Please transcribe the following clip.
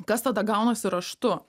kas tada gaunasi raštu